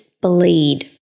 bleed